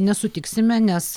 nesutiksime nes